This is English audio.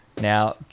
Now